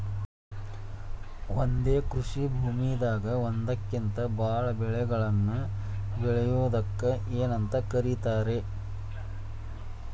ಒಂದೇ ಕೃಷಿ ಭೂಮಿದಾಗ ಒಂದಕ್ಕಿಂತ ಭಾಳ ಬೆಳೆಗಳನ್ನ ಬೆಳೆಯುವುದಕ್ಕ ಏನಂತ ಕರಿತಾರೇ?